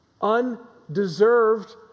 Undeserved